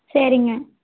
சரிங்க